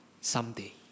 someday